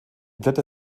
blätter